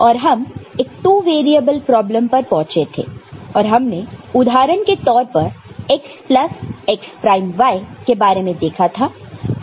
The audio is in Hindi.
और हम एक टू वेरिएबल प्रॉब्लम पर पहुंचे थे और हमने उदाहरण के तौर पर x plus x prime y के बारे में देखा था